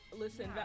listen